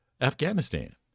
Afghanistan